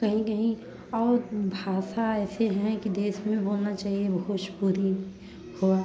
कहीं कहीं और भाषा ऐसे हैं कि देश में बोलना चाहिए भोजपुरी हुआ